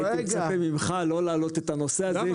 הייתי מצפה ממך לא להעלות את הנושא הזה.